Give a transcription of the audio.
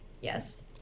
Yes